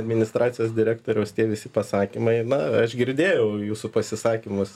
administracijos direktoriaus tie visi pasakymai na aš girdėjau jūsų pasisakymus